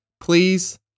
Please